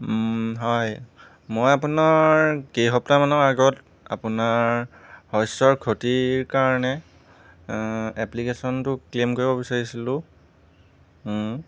হয় মই আপোনাৰ কেইসপ্তাহমানৰ আগত আপোনাৰ শস্যৰ ক্ষতিৰ কাৰণে এপ্লিকেশ্যনটো ক্লেইম কৰিব বিচাৰিছিলো